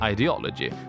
Ideology